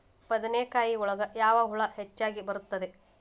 ಬದನೆಕಾಯಿ ಒಳಗೆ ಯಾವ ಹುಳ ಹೆಚ್ಚಾಗಿ ಬರುತ್ತದೆ?